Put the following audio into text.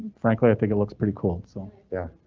frankly, i think it looks pretty cool, and so yeah.